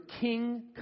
king